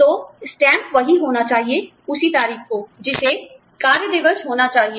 तो स्टैम्प वही होना चाहिए उसी तारीख को जिसे कार्य दिवस होना चाहिए